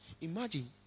Imagine